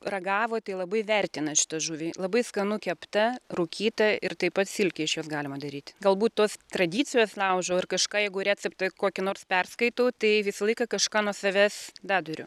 ragavo tai labai vertina šitą žuvį labai skanu kepta rūkyta ir taip pat silkė iš jos galima daryti galbūt tos tradicijos laužau ir kažką jeigu receptą kokiai nors perskaitau tai visą laiką kažką nuo savęs daduriu